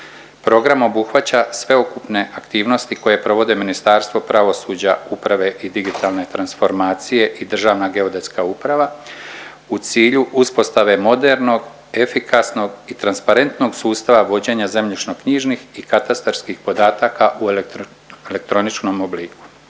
Program obuhvaća sveukupne aktivnosti koje provode Ministarstvo pravosuđa, uprave i digitalne transformacije i Državna geodetska uprava u cilju uspostave modernog, efikasnog i transparentnog sustava vođenja zemljišno-knjižnih i katastarskih podataka u elektroničnom obliku.